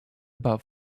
about